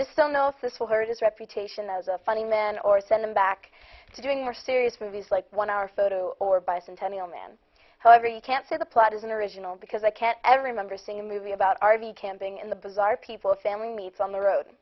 just don't know if this will hurt his reputation as a funny man or send him back to doing more serious movies like one hour photo or bicentennial man however you can't say the plot is unoriginal because i can't ever remember seeing a movie about r v camping in the bazaar people family meets on the road